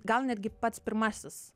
gal netgi pats pirmasis